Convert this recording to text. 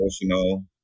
emotional